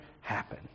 happen